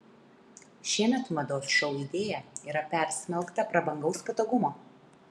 šiemet mados šou idėja yra persmelkta prabangaus patogumo